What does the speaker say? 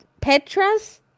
Petras